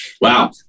Wow